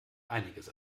einiges